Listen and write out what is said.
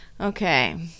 Okay